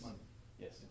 Yes